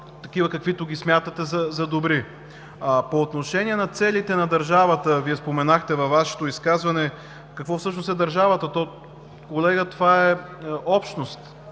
такива, каквито ги смятате за добри. По отношение на целите на държавата, Вие споменахте в изказването си какво всъщност е държавата. Колега, това е общност